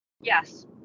Yes